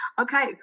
Okay